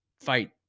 fight